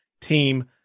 team